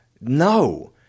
No